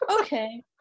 Okay